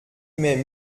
mille